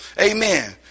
amen